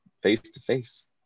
face-to-face